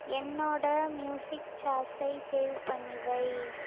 என்னோட மியூசிக் சாய்ஸை சேவ் பண்ணி வை